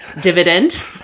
dividend